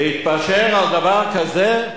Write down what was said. להתפשר על דבר כזה,